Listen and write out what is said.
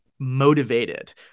motivated